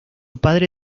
padre